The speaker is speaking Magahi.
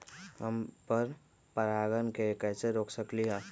हम पर परागण के कैसे रोक सकली ह?